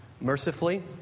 mercifully